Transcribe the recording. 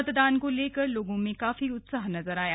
मतदान को लेकर लोगों में काफी उत्साह नजर आया